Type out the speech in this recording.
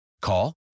Call